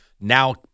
Now